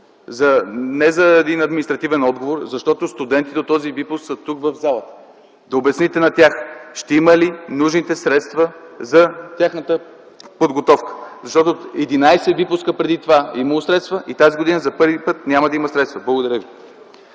не за един административен отговор, защото студентите от този випуск са тук, в залата, да обясните на тях ще има ли нужните средства за тяхната подготовка. Защото единадесет випуска преди това е имало средства и тази година за първи път няма да има средства. Благодаря Ви.